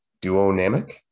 duonamic